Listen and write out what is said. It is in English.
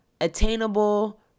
attainable